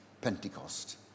Pentecost